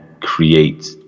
create